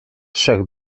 trzech